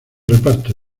reparto